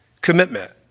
Commitment